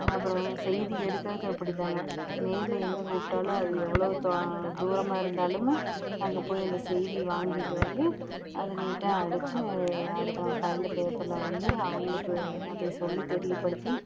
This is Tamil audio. அப்புறம் செய்தி எடுக்கிறதும் அப்படிதாங்க நேர்ல எங்கே கூப்பிட்டாலும் அது எவ்வளோ தொ தூரமாக இருந்தாலுமே அங்கே போய் அந்த செய்தி வாங்கிட்டு வந்து அதை நீட்டாக அடிச்சு அடுத்த நாள் காலையில் பேப்பர்ல வந்து அவங்களுக்கு அதை சொல்லி தெரியப்படுத்தி